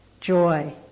joy